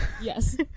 Yes